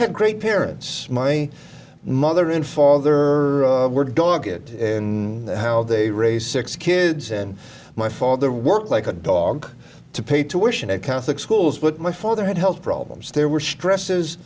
had great parents my mother and father were dogshit in how they raise six kids and my father worked like a dog to pay tuition at catholic schools but my father had health problems there were stresses